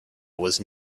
was